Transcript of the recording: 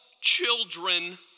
children